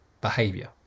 behavior